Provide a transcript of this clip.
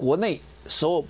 when they s